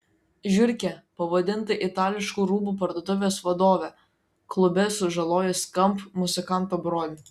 žiurke pavadinta itališkų rūbų parduotuvės vadovė klube sužalojo skamp muzikanto brolį